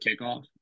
kickoff